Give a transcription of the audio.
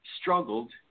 struggled